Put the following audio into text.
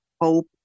Hope